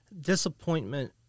disappointment